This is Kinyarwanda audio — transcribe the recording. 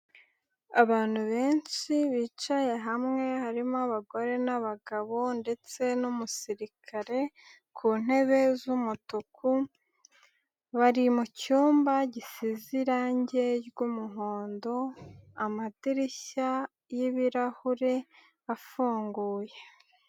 Abantu benshi bicaye hamwe, harimo abagore n'abagabo ndetse n'umusirikare, ku ntebe z'umutuku, bari mu cyumba gisize irange ry'umuhondo, amadirishya y'ibirahure afunguye.